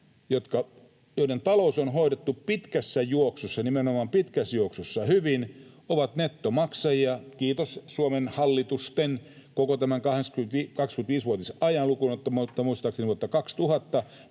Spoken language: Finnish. nimenomaan pitkässä juoksussa — hyvin, ovat nettomaksajia. Kiitos Suomen hallitusten, koko tämän 25 vuoden ajan lukuun ottamatta muistaakseni